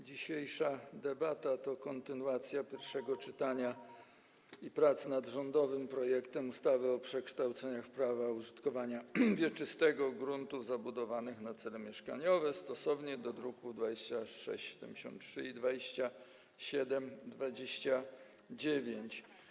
Dzisiejsza debata to kontynuacja pierwszego czytania, kontynuacja prac nad rządowym projektem ustawy o przekształceniu prawa użytkowania wieczystego gruntów zabudowanych na cele mieszkaniowe stosownie do druków nr 2673 i 2729.